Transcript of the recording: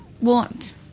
want